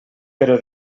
però